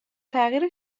تغییر